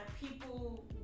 people